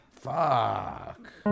Fuck